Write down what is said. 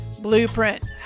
Blueprint